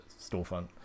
storefront